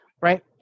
right